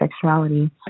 sexuality